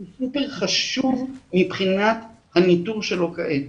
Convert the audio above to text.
--- חשוב מבחינת הניטור שלו כעת.